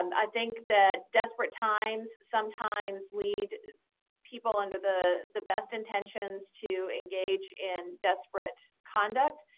and i think that desperate times sometimes lead people under the the best intentions to engage in desperate conduct.